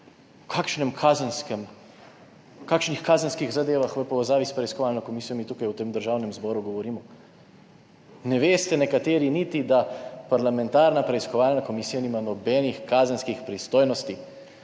določenem področju«. O kakšnih kazenskih zadevah v povezavi s preiskovalno komisijo mi tukaj v tem Državnem zboru govorimo? Ne veste nekateri niti, da parlamentarna preiskovalna komisija nima nobenih kazenskih pristojnosti,